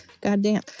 Goddamn